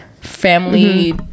family